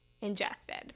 ingested